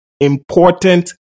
important